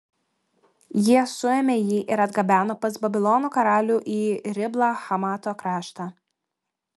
jie suėmė jį ir atgabeno pas babilono karalių į riblą hamato kraštą